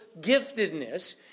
giftedness